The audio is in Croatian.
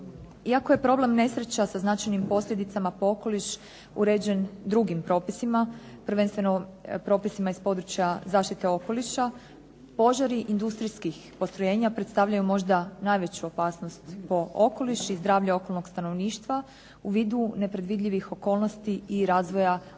Iako je problem nesreća sa značajnim posljedicama po okoliš uređen drugim propisima, prvenstveno propisima iz područja zaštite okoliša, požari industrijskih postrojenja predstavljaju možda najveću opasnost po okoliš i zdravlje okolnog stanovništva u vidu nepredvidljivih okolnosti i razvoja akcidentnih